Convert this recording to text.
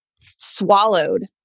swallowed